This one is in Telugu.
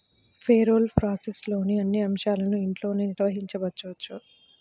పేరోల్ ప్రాసెస్లోని అన్ని అంశాలను ఇంట్లోనే నిర్వహించవచ్చు